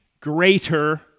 greater